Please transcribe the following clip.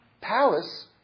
palace